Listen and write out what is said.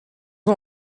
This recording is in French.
ans